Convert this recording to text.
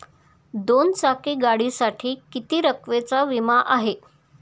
दोन चाकी गाडीसाठी किती रकमेचा विमा आहे?